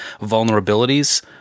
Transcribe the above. vulnerabilities